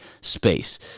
space